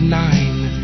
nine